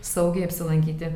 saugiai apsilankyti